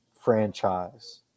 franchise